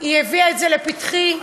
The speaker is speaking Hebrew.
היא הביאה אותה לפתחי,